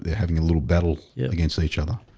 having a little battle yeah against each other